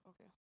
okay